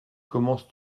commences